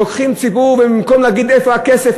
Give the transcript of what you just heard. לוקחים ציבור ובמקום להגיד: איפה הכסף,